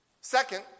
Second